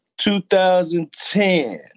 2010